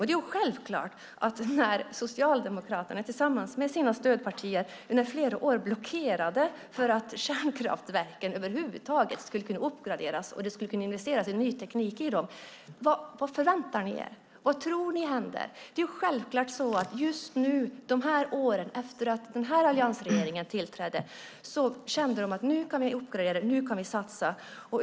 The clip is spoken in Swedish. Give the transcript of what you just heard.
Det är självklart när Socialdemokraterna tillsammans med sina stödpartier under flera år blockerade för att kärnkraftverkan över huvud taget skulle kunna uppgraderas och att det skulle kunna investeras i ny teknik i dem. Vad förväntar ni er? Vad tror ni händer? Det är självklart så att de när alliansregeringen tillträdde efter de åren kände: Nu kan vi uppgradera, nu kan vi satsa.